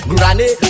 Granny